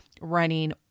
running